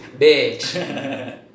bitch